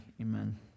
amen